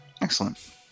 Excellent